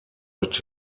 mit